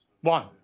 One